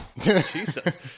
Jesus